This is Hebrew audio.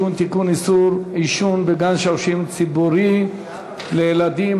איסור עישון בגן-שעשועים ציבורי לילדים),